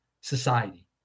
society